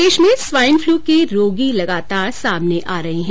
प्रदेश में swine flu के रोगी लगातार सामने आ रहे है